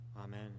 Amen